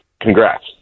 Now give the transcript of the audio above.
Congrats